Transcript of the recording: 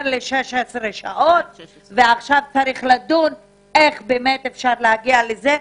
את התורנויות ל-16 שעות ועכשיו צריך לדון איך באמת אפשר להגיע לזה.